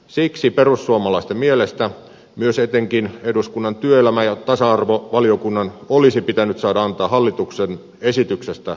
siksi perussuomalaisten mielestä myös etenkin eduskunnan työelämä ja tasa arvovaliokunnan olisi pitänyt saada antaa hallituksen esityksestä lausunto